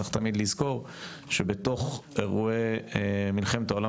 צריך תמיד לזכור שבתוך אירועי מלחמת העולם